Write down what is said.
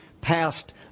passed